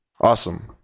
Awesome